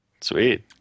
Sweet